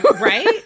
right